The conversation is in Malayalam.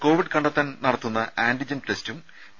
കോവിഡ് കണ്ടെത്താൻ നടത്തുന്ന ആന്റിജൻ ടെസ്റ്റും പി